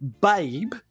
Babe